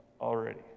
already